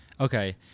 Okay